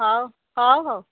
ହଉ ହଉ ହଉ